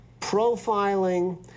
profiling